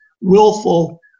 willful